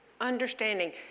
understanding